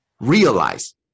realize